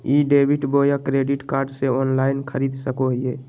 ई debit बोया credit card से online खरीद सको हिए?